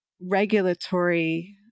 regulatory